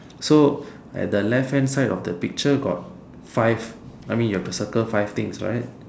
so at the left hand side of the picture got five I mean you have to circle five things right